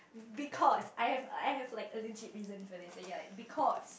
because I have I have like allergy reason because